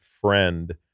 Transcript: friend